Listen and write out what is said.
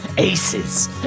Aces